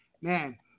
man